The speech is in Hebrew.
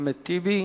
אחמד טיבי.